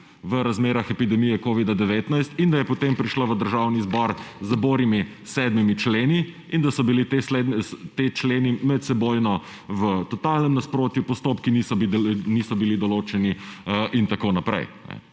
v razmerah epidemije covida-19 in da je potem prišla v Državni zbor z borimi 7 členi in da so bili ti členi medsebojno v totalnem nasprotju, postopki niso bili določeni in tako naprej.